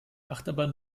achterbahn